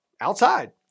outside